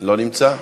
לא נמצא.